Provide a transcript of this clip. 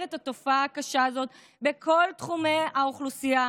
את התופעה הקשה הזאת בכל קבוצות האוכלוסייה.